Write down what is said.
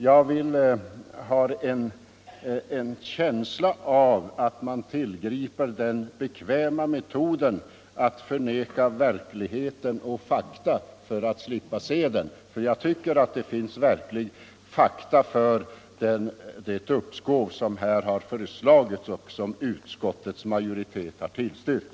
Jag har en känsla av att man tillgriper den bekväma metoden att förneka verkligheten för att slippa se den. Jag tycker nämligen att det finns faktaunderlag för det uppskov som föreslagits i propositionen och som utskottets majoritet har tillstyrkt.